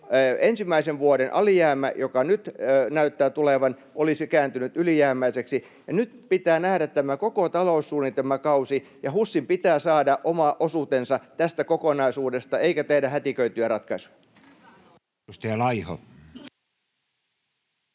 ensimmäisen vuoden alijäämä, joka nyt näyttää tulevan, olisi kääntynyt ylijäämäiseksi. Nyt pitää nähdä tämä koko taloussuunnitelmakausi, ja HUSin pitää saada oma osuutensa tästä kokonaisuudesta, eikä tehdä hätiköityjä ratkaisuja.